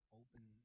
open